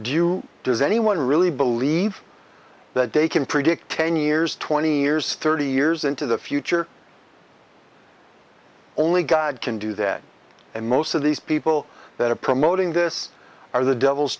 due does anyone really believe that they can predict ten years twenty years thirty years into the future only god can do that and most of these people that are promoting this are the devil